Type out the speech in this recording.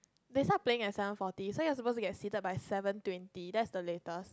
they start playing at seven forty so you are supposed to get seated by seven twenty that's the latest